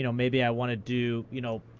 you know maybe i want to do you know